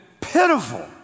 pitiful